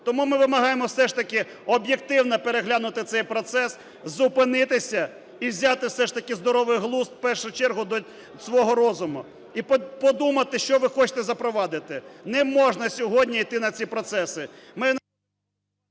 Тому ми вимагаємо все ж таки об'єктивно переглянути цей процес, зупинитися і взяти все ж таки здоровий глузд, в першу чергу, до свого розуму, і подумати, що ви хочете запровадити, не можна сьогодні йти на ці процеси.